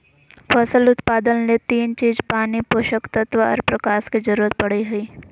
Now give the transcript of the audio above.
फसल उत्पादन ले तीन चीज पानी, पोषक तत्व आर प्रकाश के जरूरत पड़ई हई